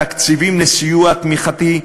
תקציבים לסיוע תמיכתי,